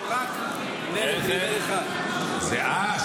נר זה --- אה.